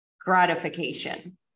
gratification